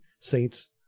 Saints